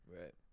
right